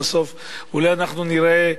בסוף אולי אנחנו ניראה,